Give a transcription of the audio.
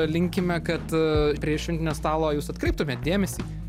linkime kad a prie šventinio stalo jūs atkreiptumėt dėmesį